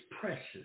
precious